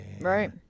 right